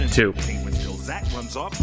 two